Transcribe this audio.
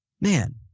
man